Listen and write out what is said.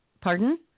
pardon